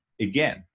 again